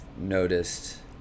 noticed